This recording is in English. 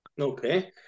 Okay